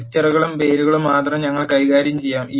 വെക്റ്ററുകളും പേരുകളും മാത്രം ഞങ്ങൾ കൈകാര്യം ചെയ്യും